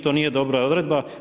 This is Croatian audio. To nije dobra odredba.